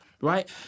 right